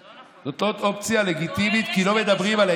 זאת לא אופציה לגיטימית כי לא מדברים עליה,